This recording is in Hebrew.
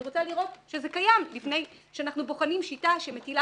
אני רוצה לראות שזה קיים לפני שאנחנו בוחנים שיטה שמטילה